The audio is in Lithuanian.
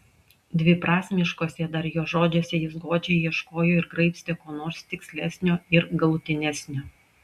dviprasmiškuose dar jo žodžiuose jis godžiai ieškojo ir graibstė ko nors tikslesnio ir galutinesnio